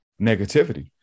negativity